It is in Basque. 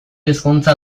hizkuntza